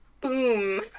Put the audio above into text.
boom